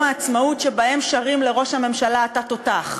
העצמאות שבהם שרים לראש הממשלה "אתה תותח"?